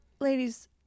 ladies